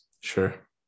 sure